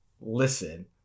Listen